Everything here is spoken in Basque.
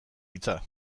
hitza